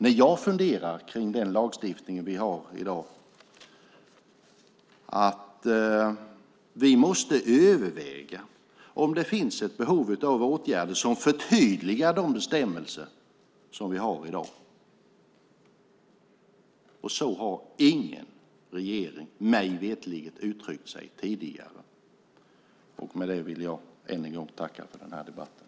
När jag funderar över den lag vi har i dag anser jag att vi måste överväga om det finns ett behov av åtgärder som förtydligar de bestämmelser som finns i dag. Så har ingen regering, mig veterligen, uttryckt sig tidigare. Med det vill jag än en gång tacka för den här debatten.